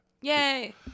Yay